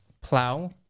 plow